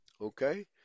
Okay